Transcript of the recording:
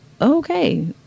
Okay